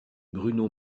bruno